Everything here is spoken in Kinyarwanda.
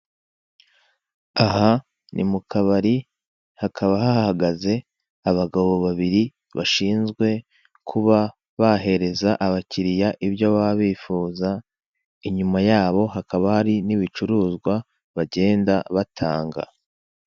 Aha ni mu kabari hakaba hahagaze abagabo babiri bashinzwe kuba bahereza abakiriya ibyo baba bifuza, inyuma yabo hakaba hari n'ibicuruzwa bagenda batanga.